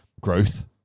growth